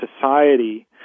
society